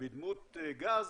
בדמות גז,